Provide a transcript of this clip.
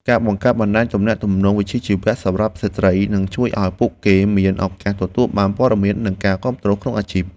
ការបង្កើតបណ្តាញទំនាក់ទំនងវិជ្ជាជីវៈសម្រាប់ស្ត្រីនឹងជួយឱ្យពួកគេមានឱកាសទទួលបានព័ត៌មាននិងការគាំទ្រក្នុងអាជីព។